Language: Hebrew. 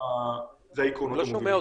אלה העקרונות המובילים.